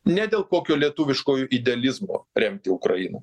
ne dėl kokio lietuviškojo idealizmo remti ukrainą